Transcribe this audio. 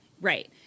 Right